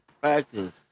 practice